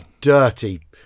dirty